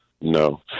No